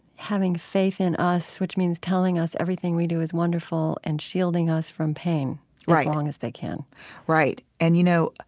having faith in us which means telling us everything we do is wonderful and shielding us from pain as long as they can right. and, you know,